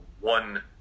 one